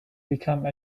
become